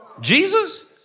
Jesus